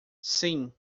sim